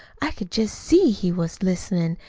i could just see he was listenin'.